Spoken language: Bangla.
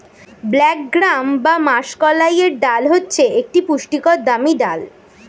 ব্ল্যাক গ্রাম বা মাষকলাইয়ের ডাল হচ্ছে একটি পুষ্টিকর দামি ডাল